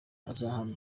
azahabwa